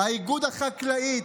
האיגוד החקלאי,